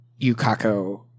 Yukako